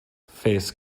fes